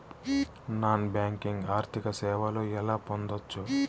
Non banking ఆర్థిక సేవలు ఎలా పొందొచ్చు?